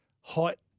height